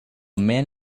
man